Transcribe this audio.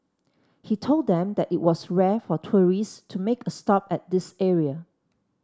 he told them that it was rare for tourists to make a stop at this area